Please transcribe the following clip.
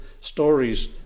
stories